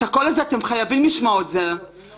את הקול הזה אתם חייבים לשמוע כל הזמן.